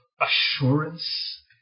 assurance